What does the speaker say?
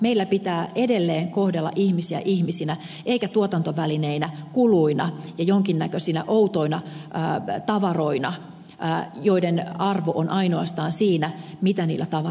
meillä pitää edelleen kohdella ihmisiä ihmisinä eikä tuotantovälineinä kuluina ja jonkinnäköisinä outoina tavaroina joiden arvo on ainoastaan siinä mitä niillä tavaroilla saa